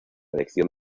elección